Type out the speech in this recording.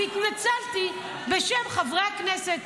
והתנצלתי בשם חברי הכנסת,